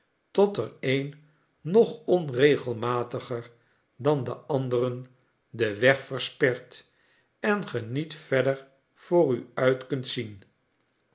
tot er een nog onregelmatiger dan de anderen den weg verspert en ge niet verder voor u uit kunt zien